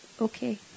Okay